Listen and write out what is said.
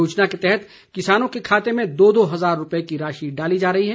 योजना के तहत किसानों के खाते में दो दो हज़ार रूपये की राशि डाली जा रही है